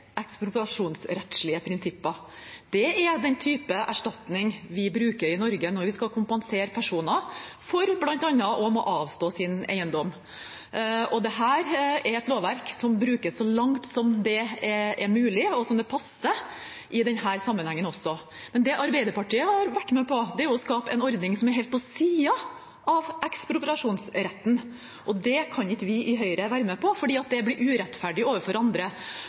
prinsipper. Det er den typen erstatning vi bruker i Norge når vi skal kompensere personer for bl.a. å måtte avstå sin eiendom. Dette er et lovverk som brukes så langt som det er mulig, og som det passer, også i denne sammenhengen. Men det Arbeiderpartiet har vært med på, er å skape en ordning som er helt på siden av ekspropriasjonsretten, og det kan ikke vi i Høyre være med på, fordi det blir urettferdig overfor andre.